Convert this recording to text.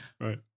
Right